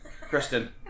Kristen